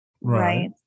right